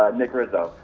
ah nick rizzo.